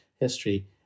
history